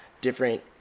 different